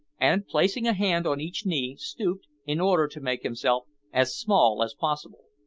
and, placing a hand on each knee, stooped, in order to make himself as small as possible.